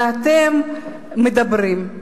ואתם מדברים,